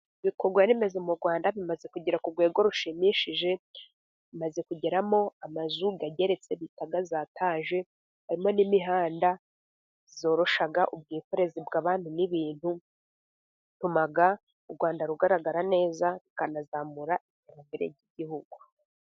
Ibikorwaremezo mu Rwanda bimaze kugera ku rwego rushimishije. Bimaze kugeramo amazu ageretse bita za etaje. Harimo n'imihanda yoroshya ubwikorezi bw' abantu n'ibintu, bituma u Rwanda rugaragara neza rukanazamura iterambere ry'igihugu.